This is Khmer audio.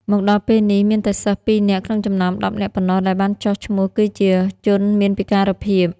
មកដល់ពេលនេះ មានតែសិស្ស ២ នាក់ក្នុងចំណោម ១០ នាក់ប៉ុណ្ណោះដែលបានចុះឈ្មោះគឺជាជនមានពិការភាព”។